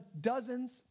dozens